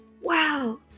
wow